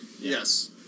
Yes